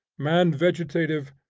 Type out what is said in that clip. man vegetative,